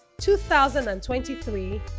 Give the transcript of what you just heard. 2023